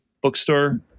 bookstore